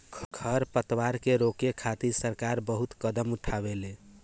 खर पतवार के रोके खातिर सरकार बहुत कदम उठावेले